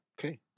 Okay